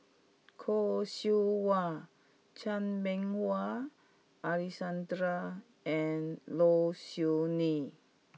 Khoo Seow Hwa Chan Meng Wah Alexander and Low Siew Nghee